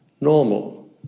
normal